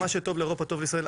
"מה שטוב לאירופה טוב ישראל".